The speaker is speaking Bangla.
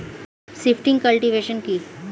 শিফটিং কাল্টিভেশন কি?